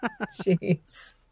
Jeez